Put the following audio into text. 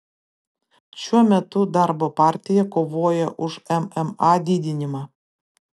šiuo metu darbo partija kovoja už mma didinimą